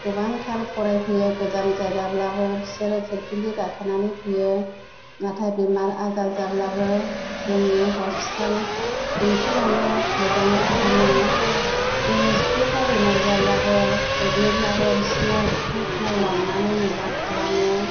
गोबांथार फराफैयो गोजान जायगाब्लाबो बिसोरो पिरफिलि गाखोनानै फैयो नाथाय बेमार आजार जाब्लाबो जोंनि हसफिटाल बेंटलावनो मोजां फाहामो जोङो स्कुलफ्राव बेराम जाब्लाबो गोग्लैब्लाबो बिसिना डक्टरफोरनाव लांनानै मोजां खालामो